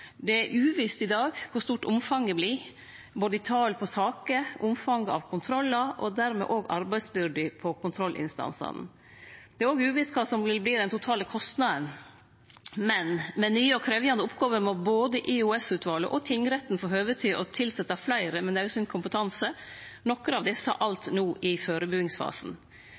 Det er uvisst i dag kor stort omfanget vert, både talet på saker og omfanget av kontrollar, og dermed òg arbeidsbyrda på kontrollinstansane. Det er òg uvisst kva som vil verte den totale kostnaden. Men med nye og krevjande oppgåver må både EOS-utvalet og tingretten få høve til å tilsetje fleire med naudsynt kompetanse, nokre av desse alt no i